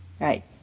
Right